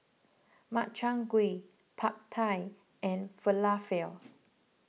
Makchang Gui Pad Thai and Falafel